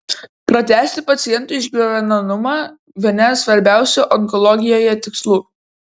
pratęsti paciento išgyvenamumą vienas svarbiausių onkologijoje tikslų